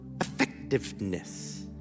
effectiveness